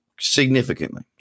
significantly